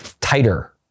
tighter